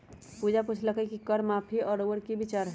पूजा पुछलई कि कर माफी पर रउअर कि विचार हए